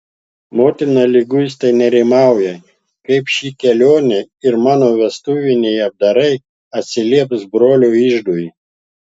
motina liguistai nerimauja kaip ši kelionė ir mano vestuviniai apdarai atsilieps brolio iždui